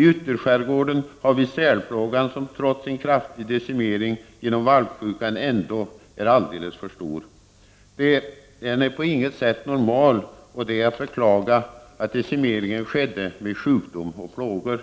I ytterskärgården har vi sälplågan, som trots en kraftig decimering genom valpsjukan ändå är alldeles för stor. Den är på intet sätt normal, och det är att beklaga att decimeringen skedde med sjukdom och plågor.